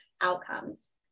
outcomes